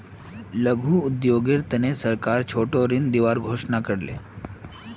लघु उद्योगेर तने सरकार छोटो ऋण दिबार घोषणा कर ले